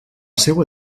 seua